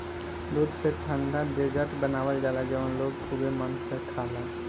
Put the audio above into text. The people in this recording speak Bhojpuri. दूध से ठंडा डेजर्ट बनावल जाला जवन लोग खुबे मन से खाला